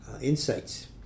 insights